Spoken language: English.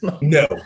No